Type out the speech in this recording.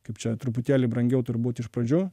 kaip čia truputėlį brangiau turbūt iš pradžių